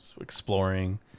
Exploring